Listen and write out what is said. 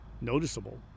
noticeable